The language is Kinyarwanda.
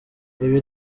ibi